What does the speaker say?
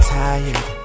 tired